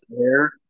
air